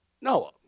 Noah